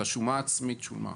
השומה העצמית שולמה.